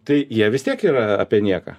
tai jie vis tiek yra apie nieką